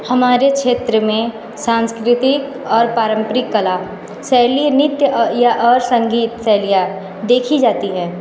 हमारे क्षेत्र में सांस्कृतिक और पारम्परिक कला शैली नृत्य और या और संगीत शैलियाँ देखी जाती है